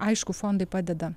aišku fondai padeda